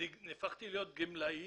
אני הפכתי להיות גמלאי